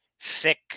thick